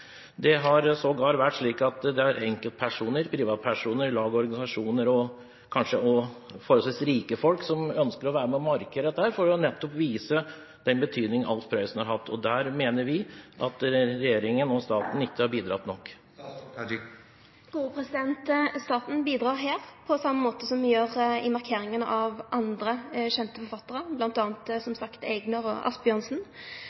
Det har vært enkeltpersoner, privatpersoner, lag og organisasjoner og forholdsvis rike folk, som ønsker å være med å markere dette, for nettopp å vise den betydningen Alf Prøysen har hatt. Der mener vi at regjeringen og staten ikke har bidratt nok. Staten bidrar her, på same måte som me gjer i markeringa av andre